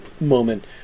moment